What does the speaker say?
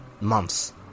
months